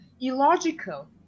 illogical